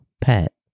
pet